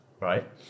right